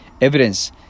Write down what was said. evidence